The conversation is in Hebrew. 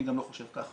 אני גם לא חושב ככה,